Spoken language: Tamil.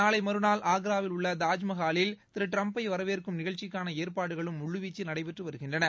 நாளை மற்றாள் ஆக்ராவில் உள்ள தாஜ்மஹாலில் திரு டிரம்ப்பை வரவேற்கும் நிகழ்ச்சிக்காள ஏற்பாடுகளும்முழுவீச்சில் நடைபெற்று வருகின்றன